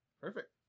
Perfect